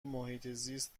محیطزیست